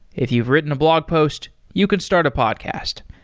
if you've written a blog post, you can start a podcast.